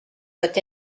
doit